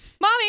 mommy